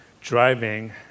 driving